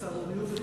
סהרוריות, זה